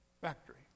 factory